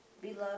Beloved